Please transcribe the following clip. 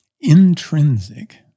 intrinsic